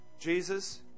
Jesus